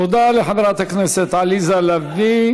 תודה לחברת הכנסת עליזה לביא.